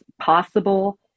possible